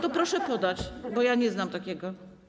To proszę podać, bo nie znam takiego.